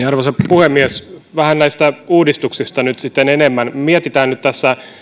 arvoisa puhemies vähän näistä uudistuksista nyt sitten enemmän mietitään nyt tässä